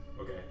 Okay